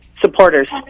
supporters